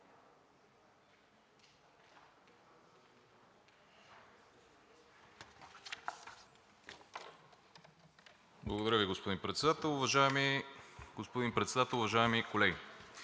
Благодаря Ви, господин Председател. Уважаеми господин